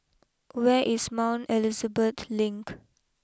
where is Mount Elizabeth Link